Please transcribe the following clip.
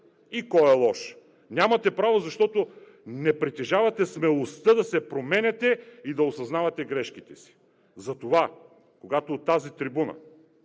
и кой е лош. Нямате право, защото не притежавате смелостта да се променяте и да осъзнавате грешките си. Затова, когато от тази трибуна